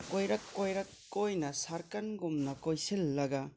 ꯀꯣꯏꯔꯛ ꯀꯣꯏꯔꯛ ꯀꯣꯏꯅ ꯁꯥꯔꯀꯜꯒꯨꯝꯅ ꯀꯣꯏꯁꯤꯟꯂꯒ